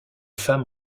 femmes